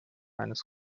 eines